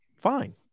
fine